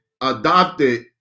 adopted